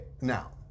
now